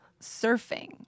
surfing